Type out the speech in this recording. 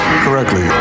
correctly